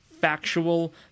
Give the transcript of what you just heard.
factual